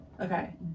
okay